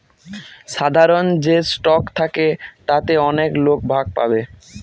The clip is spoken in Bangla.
সাধারন যে স্টক থাকে তাতে অনেক লোক ভাগ পাবে